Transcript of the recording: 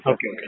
Okay